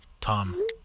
Tom